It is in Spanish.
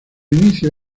inicio